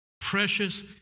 precious